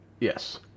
Yes